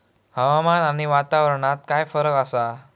हवामान आणि वातावरणात काय फरक असा?